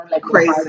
Crazy